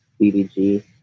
BBG